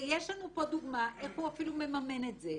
יש לנו כאן דוגמה איך הוא מממן את זה.